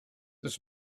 this